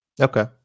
Okay